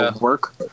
work